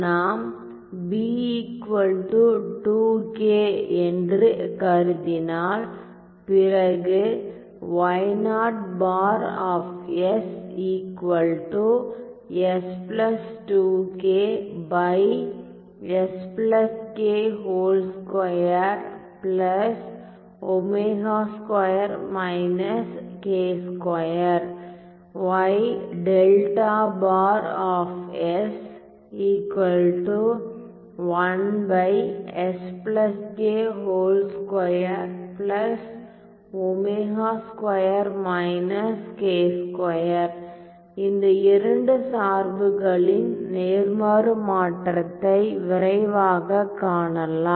நாம் b 2k என்று கருதினால் பிறகு இந்த இரண்டு சார்புகளின் நேர்மாறு மாற்றத்தை விரைவாகக் காணலாம்